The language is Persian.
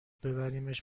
ببریمش